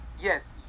yes